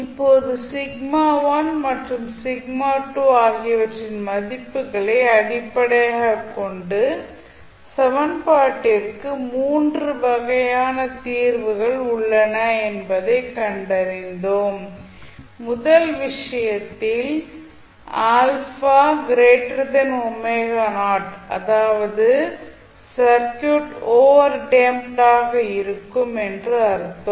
இப்போது மற்றும் ஆகியவற்றின் மதிப்புகளை அடிப்படையாகக் கொண்டு சமன்பாட்டிற்கு 3 வகையான தீர்வுகள் உள்ளன என்பதைக் கண்டறிந்தோம் முதல் விஷயத்தில் அதாவது சர்க்யூட் ஓவர் டேம்ப்ட் ஆக இருக்கும் என்று அர்த்தம்